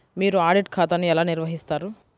మీరు ఆడిట్ ఖాతాను ఎలా నిర్వహిస్తారు?